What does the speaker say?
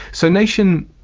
so nation.